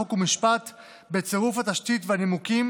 חוק ומשפט בצירוף התשתית והנימוקים,